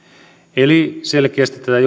eli selkeästi tätä